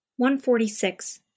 146